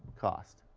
cost.